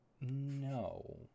no